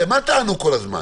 הרי מה טענו כל הזמן